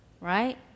right